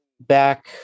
back